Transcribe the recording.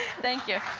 thank you.